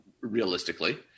realistically